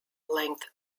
length